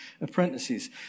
apprentices